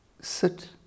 sit